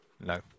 No